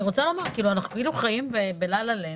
אנחנו כאילו חיים בללה-לנד,